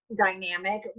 dynamic